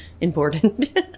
important